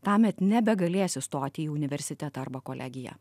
tąmet nebegalėsi stoti į universitetą arba kolegiją